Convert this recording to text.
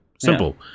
Simple